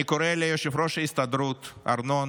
אני קורא ליושב-ראש ההסתדרות ארנון